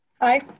Hi